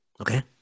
Okay